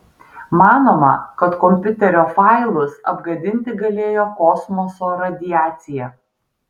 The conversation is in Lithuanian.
manoma kad kompiuterio failus apgadinti galėjo kosmoso radiacija